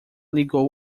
ligou